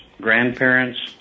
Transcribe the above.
grandparents